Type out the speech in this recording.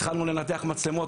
התחלנו לנתח מצלמות.